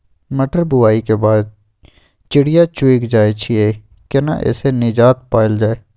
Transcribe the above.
मटर बुआई के बाद चिड़िया चुइग जाय छियै केना ऐसे निजात पायल जाय?